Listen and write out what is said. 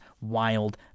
wild